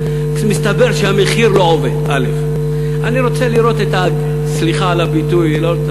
לעשות: או להרים את הסכומים לכך שיעלה בדיוק כמו בחוץ-לארץ,